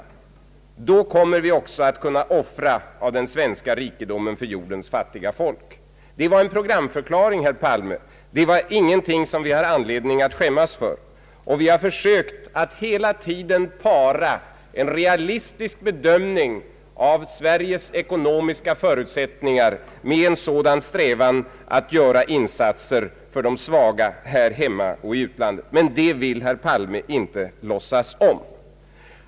Blir det lönsamt att arbeta och spara här hemma, då kommer vi också att kunna offra av den svenska rikedomen för jordens fattiga folk.” Det var en programförklaring, herr Palme. Det var ingenting som vi har anledning att skämmas för. Vi har försökt att hela tiden para en realistisk bedömning av Sveriges ekonomiska förutsättningar med en sådan strävan att göra insatser för de svaga här hemma och i utlandet. Men det vill herr Palme inte låtsas om.